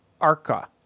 Arca